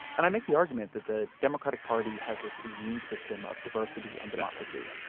and i make the argument that the democratic party has this immune system of diversity and democracy. yeah